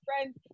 friends